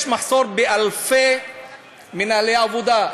יש מחסור באלפי מנהלי עבודה.